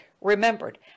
Remembered